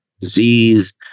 disease